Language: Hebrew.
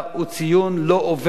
הוא ציון לא עובר,